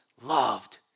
loved